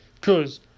Cause